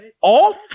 off